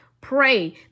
pray